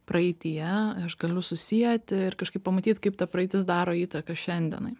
praeityje aš galiu susieti ir kažkaip pamatyt kaip ta praeitis daro įtaką šiandienai